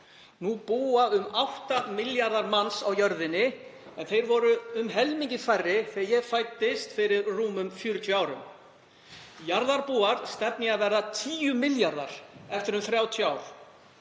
Nú búa um 8 milljarðar manna á jörðinni en þeir voru um helmingi færri þegar ég fæddist fyrir rúmum 40 árum. Jarðarbúar stefna í að verða 10 milljarðar eftir um 30 ár.